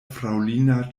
fraŭlina